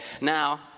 Now